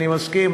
אני מסכים,